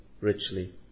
richly